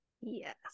Yes